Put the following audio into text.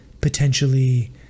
potentially